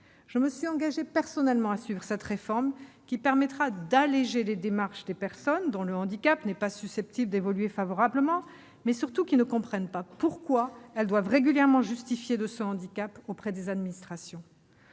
Je me suis engagée personnellement à suivre cette réforme, qui permettra d'alléger les démarches des personnes dont le handicap n'est pas susceptible d'évoluer favorablement et qui ne comprennent pas pourquoi elles doivent régulièrement justifier de ce handicap auprès des administrations.